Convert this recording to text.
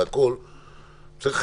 צריך